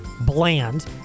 bland